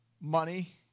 money